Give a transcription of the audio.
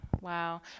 Wow